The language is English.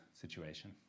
situation